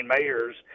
mayors